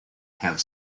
have